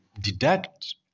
deduct